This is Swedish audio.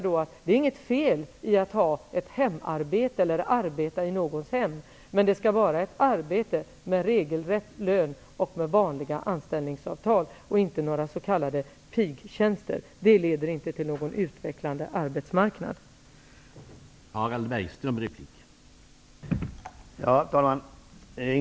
Det är inget fel i att ha hemarbete eller arbeta i någons hem, men det skall vara ett arbete med regelrätt lön och med vanliga anställningsvillkor och inte några s.k. pigtjänster, för inrättande av sådana leder inte till någon utveckling av arbetsmarknaden.